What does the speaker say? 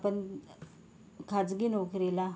आपण खाजगी नोकरीला